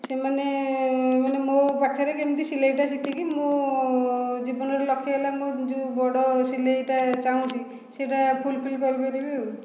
ସେମାନେ ମାନେ ମୋ ପାଖରେ କେମିତି ସିଲେଇଟା ଶିଖିକି ମୋ ଜୀବନର ଲକ୍ଷ ହେଲା ମୁଁ ଯେଉଁ ବଡ଼ ସିଲେଇଟା ଚାହୁଁଛି ସେଇଟା ଫୁଲ୍ଫିଲ୍ କରିପାରିବି ଆଉ